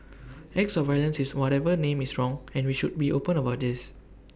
acts of violence is whatever name is wrong and we should be open about this